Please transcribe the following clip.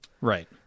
Right